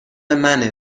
منه